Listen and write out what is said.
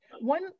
One